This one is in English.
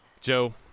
Joe